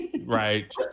Right